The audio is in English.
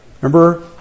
Remember